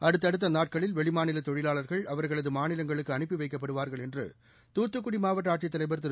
அடுத்தடுத்த நாட்களில் வெளிமாநில தொழிலாளர்கள் அவர்களது மாநிலங்களுக்கு அனுப்பி வைக்கப்படுவார்கள் என்று தூத்துக்குடி மாவட்ட ஆட்சித் தலைவர் திரு